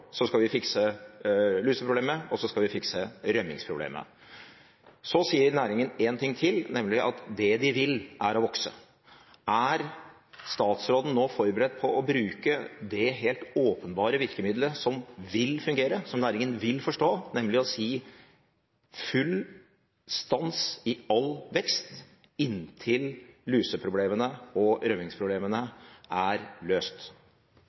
så skal vi fikse luseproblemet, og så skal vi fikse rømmingsproblemet. Så sier næringen én ting til, nemlig at det man vil, er å vokse. Er statsråden nå forberedt på å bruke det helt åpenbare virkemiddelet som vil fungere, og som næringen vil forstå, nemlig å si: full stans i all vekst inntil luseproblemene og rømmingsproblemene er løst?